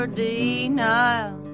denial